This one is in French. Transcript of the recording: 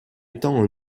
étant